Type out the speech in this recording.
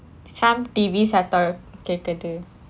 some T_V சத்தம் கேக்குது:saththam kekkuthu